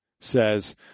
says